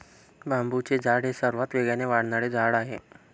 बांबूचे झाड हे सर्वात वेगाने वाढणारे झाड आहे